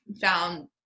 found